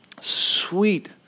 Sweet